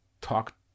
talk